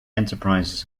enterprises